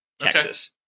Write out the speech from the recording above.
Texas